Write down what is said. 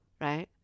right